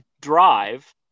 drive